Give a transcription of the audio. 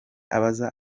abaza